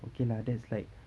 okay lah that's like